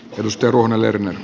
perustelu on allerginen